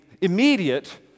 immediate